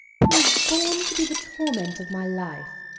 who was born to be the torment of my life,